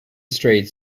strait